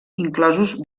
incloses